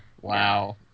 Wow